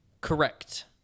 correct